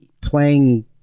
playing